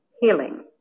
healing